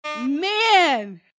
Man